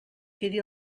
quedi